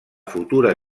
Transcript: futura